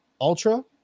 Ultra